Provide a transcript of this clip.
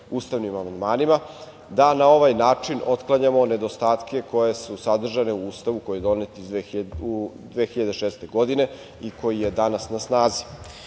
ustavnim amandmanima jeste da na ovaj način otklanjamo nedostatke koji su sadržani u Ustavu koji je donet 2006. godine i koji je danas na snazi. Naš